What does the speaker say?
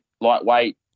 lightweight